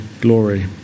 glory